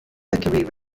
mercury